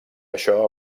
això